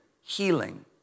healing